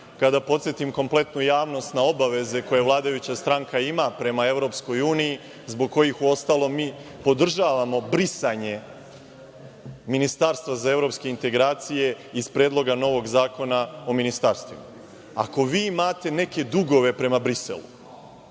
kada podsetim kompletnu javnost na obaveze koje vladajuća stranka ima prema EU, zbog kojih u ostalom mi podržavamo brisanje ministarstva za evropske integracije iz predloga novog Zakona o ministarstvima. Ako vi imate neke dugove prema Briselu,